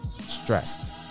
stressed